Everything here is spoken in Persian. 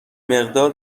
مقدار